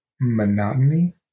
monotony